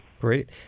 Great